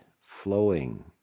flowing